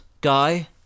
guy